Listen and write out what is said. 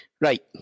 Right